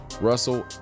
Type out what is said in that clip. russell